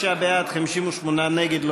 56 בעד, 58 נגד.